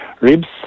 ribs